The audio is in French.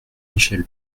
michel